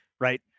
right